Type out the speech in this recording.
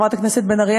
חברת הכנסת בן ארי.